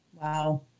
Wow